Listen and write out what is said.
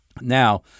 Now